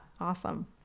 awesome